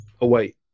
away